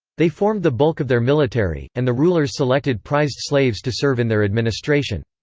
they formed the bulk of their military, and the rulers selected prized slaves to serve in their administration.